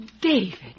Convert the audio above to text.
David